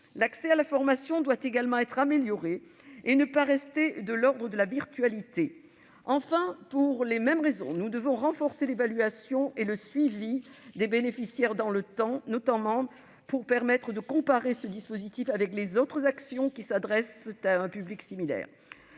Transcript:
L'accès à la formation doit également être amélioré et ne pas être de l'ordre du virtuel. Enfin, pour les mêmes raisons, nous devons renforcer l'évaluation et le suivi des bénéficiaires dans le temps, pour permettre notamment la comparaison de ce dispositif avec les autres actions qui s'adressent à un public similaire.